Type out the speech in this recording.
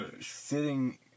sitting